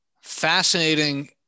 fascinating